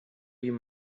you